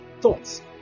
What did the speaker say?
thoughts